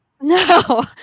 no